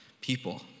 People